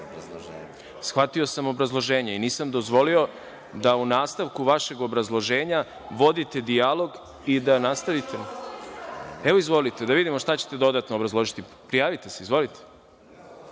sam obrazloženje i nisam dozvolio da u nastavku vašeg obrazloženja vodite dijalog i da nastavite. Izvolite, da vidimo šta ćete dodatno obrazložiti. Prijavite se. Izvolite.